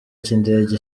cy’indege